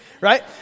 right